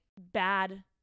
bad